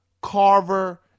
Carver